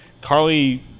Carly